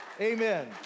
amen